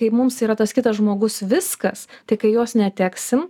kai mums yra tas kitas žmogus viskas tai kai jos neteksim